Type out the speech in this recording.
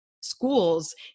schools